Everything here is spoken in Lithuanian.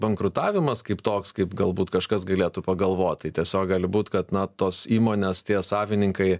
bankrutavimas kaip toks kaip galbūt kažkas galėtų pagalvot tai tiesiog gali būt kad na tos įmonės tie savininkai